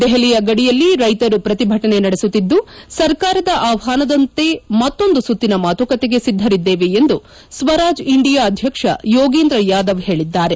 ದೆಪಲಿಯ ಗಡಿಯಲ್ಲಿ ರೈತರು ಪ್ರತಿಭಟನೆ ನಡೆಸುತ್ತಿದ್ದು ಸರ್ಕಾರದ ಆಹ್ವಾನದಂತೆ ಮತ್ತೊಂದು ಸುತ್ತಿನ ಮಾತುಕತೆಗೆ ಸಿದ್ಧರಿದ್ದೇವೆ ಎಂದು ಸ್ವರಾಜ್ ಇಂಡಿಯಾ ಅಧ್ಯಕ್ಷ ಯೋಗೇಂದ್ರ ಯಾದವ್ ಹೇಳಿದ್ದಾರೆ